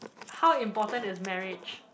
how important is marriage